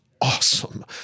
awesome